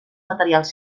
materials